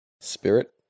Spirit